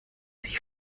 sich